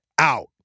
out